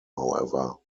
however